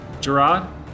Gerard